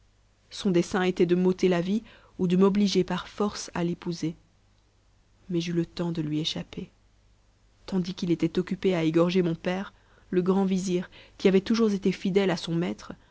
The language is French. son dessein était de m'ôter la vie ou de m'obliger par force à l'épouser mais j'eus le temps de lui échapper tandis qu'il était occupé à égorger mon père le grand vizir qui avait toujours été fidèle à son maître